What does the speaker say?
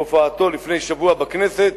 בהופעתו לפני שבוע בכנסת,